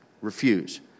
refuse